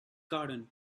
garden